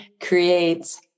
creates